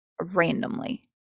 randomly